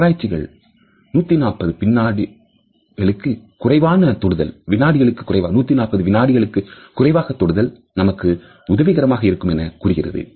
ஆராய்ச்சிகள் 140 வினாடிகளுக்கும் குறைவான தொடுதல் நமக்கு உதவிகரமாக இருக்கும் என கூறுகிறது